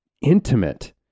intimate